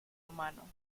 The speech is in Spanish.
humano